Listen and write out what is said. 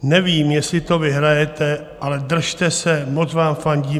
Nevím, jestli to vyhrajete, ale držte se, moc vám fandíme.